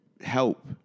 help